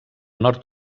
nord